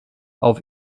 auf